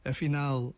Afinal